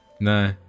No